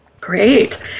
Great